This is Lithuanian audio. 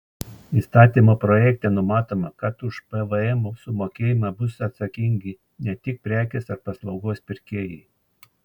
įstatymo projekte numatoma kad už pvm sumokėjimą bus atsakingi ne tik prekės ar paslaugos pirkėjai